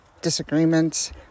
disagreements